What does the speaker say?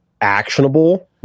Actionable